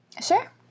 Sure